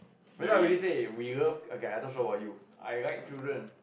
that's why what we say we love okay I not sure about you I like children